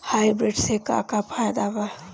Hybrid से का का फायदा बा?